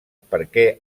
perquè